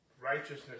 righteousness